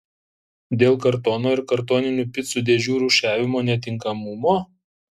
dėl kartono ir kartoninių picų dėžių rūšiavimo netinkamumo